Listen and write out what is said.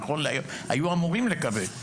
נכון להיום היו אמורים לקבל,